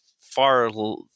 far